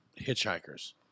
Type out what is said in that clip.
hitchhikers